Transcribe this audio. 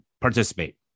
participate